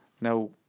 Now